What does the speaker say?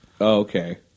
okay